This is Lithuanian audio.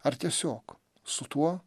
ar tiesiog su tuo